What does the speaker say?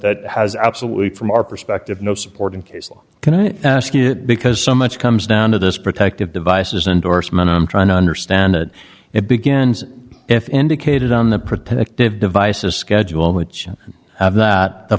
that has absolutely from our perspective no supporting case law can i ask you because so much comes down to this protective devices endorsement i'm trying to understand that it begins if indicated on the protective devices schedule which i have that the